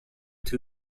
two